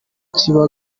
kikaba